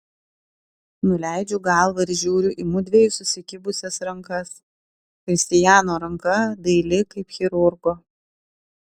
nuleidžiu galvą ir žiūriu į mudviejų susikibusias rankas kristiano ranka daili kaip chirurgo